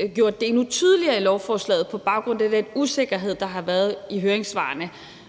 har gjort det endnu tydeligere i lovforslaget på baggrund af den usikkerhed, der har været i høringssvarene.